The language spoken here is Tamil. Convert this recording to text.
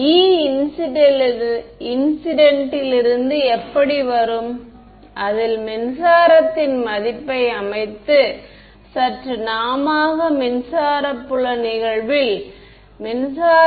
இது எங்கள் s யை pjq வடிவத்தில் தேர்ந்தெடுக்க வழிவகுத்தது ஏனெனில் இது e jtஆகும்